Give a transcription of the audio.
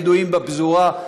הבדואים בפזורה,